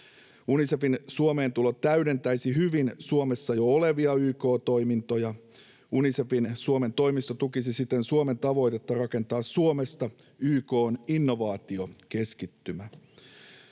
Unicefin Suomeen tulo täydentäisi hyvin Suomessa jo olevia YK-toimintoja, ja Unicefin Suomen toimisto tukisi siten Suomen tavoitetta rakentaa Suomesta YK:n innovaatiokeskittymä.